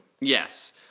Yes